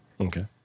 Okay